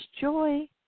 joy